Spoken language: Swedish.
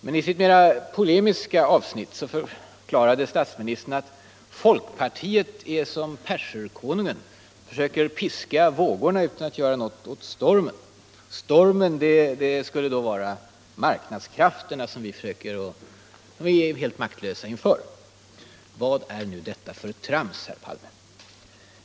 Men i sitt mera polemiska avsnitt förklarade statsministern att folkpartiet är som perserkonungen; försöker att piska vågorna utan att göra något åt stormen. Stormen skulle då vara marknadskrafterna, som vi skulle stå helt maktlösa inför. Vad är nu detta för trams, herr Palme?